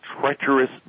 treacherous